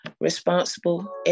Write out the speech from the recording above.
responsible